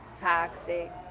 toxic